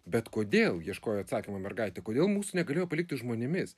bet kodėl ieškojo atsakymo mergaitė kuri mūsų negalėjo palikti žmonėmis